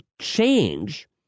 change